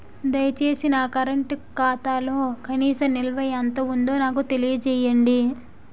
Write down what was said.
దయచేసి నా కరెంట్ ఖాతాలో కనీస నిల్వ ఎంత ఉందో నాకు తెలియజేయండి